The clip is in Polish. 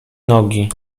nogi